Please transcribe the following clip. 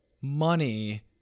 money